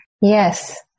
Yes